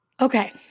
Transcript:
Okay